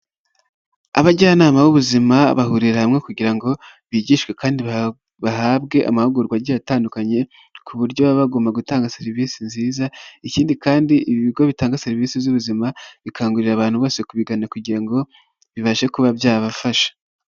Abajyanama b'ubuzima bahurira hamwe kugira ngo bigishwe kandi bahabwe amahugurwa agiye atandukanye ku buryo baba bagomba gutanga serivisi nziza, ikindi kandi ibi bigo bitanga serivisi z'ubuzima bikangurira abantu bose kubigana kugira ngo bibashe kuba byabafasha.